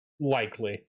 Likely